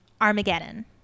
Armageddon